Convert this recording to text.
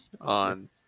on